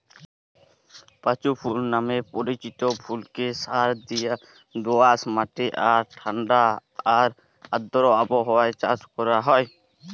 পাঁচু ফুল নামে পরিচিত ফুলকে সারদিয়া দোআঁশ মাটি আর ঠাণ্ডা আর আর্দ্র আবহাওয়ায় চাষ করা হয়